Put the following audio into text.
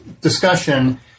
discussion